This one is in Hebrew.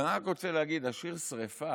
אבל אני רק רוצה להגיד שהשיר "שרפה"